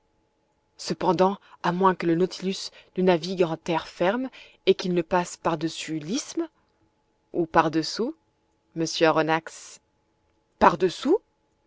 cependant à moins que le nautilus ne navigue en terre ferme et qu'il ne passe par-dessus l'isthme ou par-dessous monsieur aronnax par-dessous